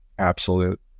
absolute